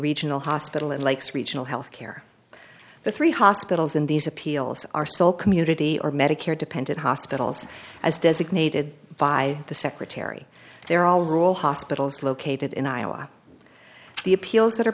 regional hospital in lakes regional health care but three hospitals in these appeals are so community or medicare dependent hospitals as designated by the secretary they are all role hospitals located in iowa the appeals that